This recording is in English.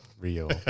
real